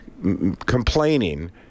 complaining